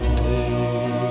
day